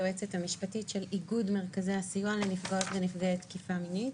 היועצת המשפטית של איגוד מרכזי הסיוע לנפגעות ונפגעי תקיפה מינית.